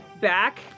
back